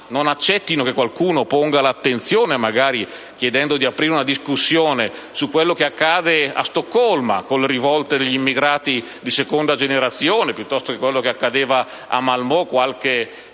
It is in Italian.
non accettano che qualcuno ponga l'attenzione, magari chiedendo di aprire una discussione, su quello che accade a Stoccolma, con le rivolte degli immigrati di seconda generazione, o su quello che accadeva a Malmö qualche